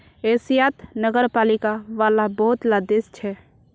एशियात नगरपालिका वाला बहुत ला देश छे